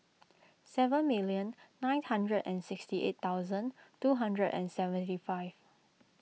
seven million nine hundred and sixty eight thousand two hundred and seventy five